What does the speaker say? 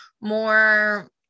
more